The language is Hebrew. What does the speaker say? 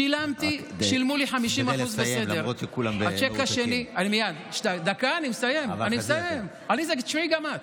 שילמו לי 50% אני מסיים, עליזה, תשמעי גם את.